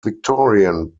victorian